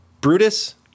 Brutus